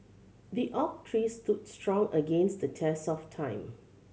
the oak tree stood strong against the test of time